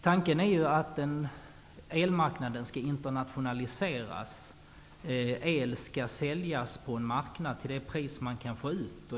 Tanken är att elmarknaden skall internationaliseras. El skall säljas på en marknad till det pris man kan få ut.